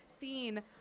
seen